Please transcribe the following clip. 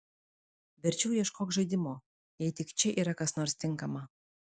verčiau ieškok žaidimo jei tik čia yra kas nors tinkama